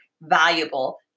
valuable